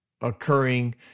occurring